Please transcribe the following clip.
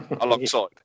alongside